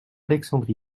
alexandre